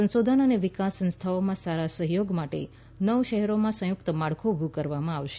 સંશોધન અને વિકાસ સંસ્થાઓમાં સારા સહયોગ માટે નવ શહેરોમાં સંયુક્ત માળખું ઉભું કરવામાં આવશે